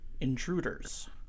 intruders